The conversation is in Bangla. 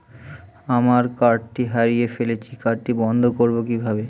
আমার কার্ডটি হারিয়ে ফেলেছি কার্ডটি বন্ধ করব কিভাবে?